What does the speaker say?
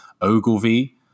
Ogilvy